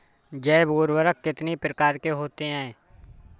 जैव उर्वरक कितनी प्रकार के होते हैं?